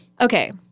Okay